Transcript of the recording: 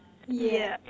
yeah